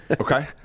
Okay